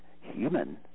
human